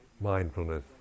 mindfulness